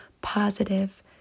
positive